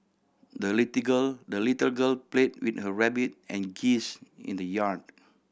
the girl the little girl played with her rabbit and geese in the yard